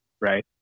right